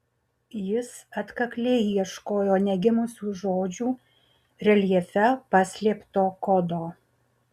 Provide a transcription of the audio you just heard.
jis atkakliai ieškojo negimusių žodžių reljefe paslėpto kodo